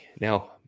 Now